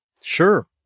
Sure